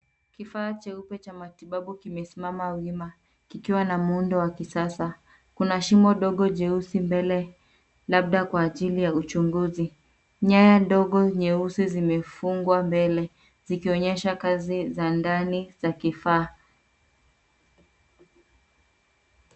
Kifaa cheupe cha matibabu kimesimama wima kikiwa na muundo wa kisasa. Kuna shimo ndogo jeusi mbele labda kwa ajili ya uchunguzi. Nyaya ndogo nyeusi zimefungwa mbele, zikionyesha kazi za ndani za kifaa.